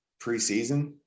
preseason